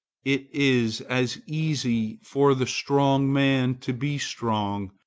it is as easy for the strong man to be strong,